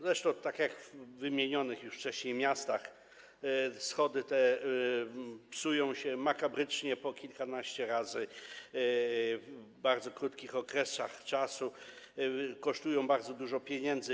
Zresztą, tak jak w wymienionych już wcześniej miastach, schody te psują się makabrycznie po kilkanaście razy w bardzo krótkich okresach, kosztują bardzo dużo pieniędzy.